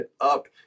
up